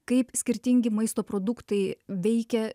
kaip skirtingi maisto produktai veikia